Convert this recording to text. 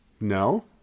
No